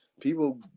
People